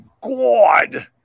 God